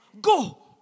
go